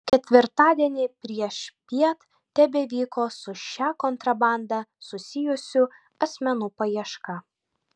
ketvirtadienį priešpiet tebevyko su šia kontrabanda susijusių asmenų paieška